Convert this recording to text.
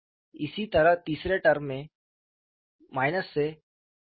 इसी तरह तीसरे टर्म में से तक